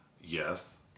Yes